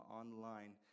online